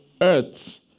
earth